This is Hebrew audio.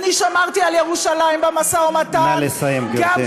שמרתי על ירושלים במשא ומתן, נא לסיים, גברתי.